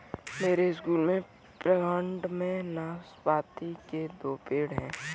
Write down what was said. मेरे स्कूल के प्रांगण में नाशपाती के दो पेड़ हैं